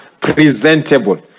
presentable